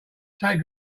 take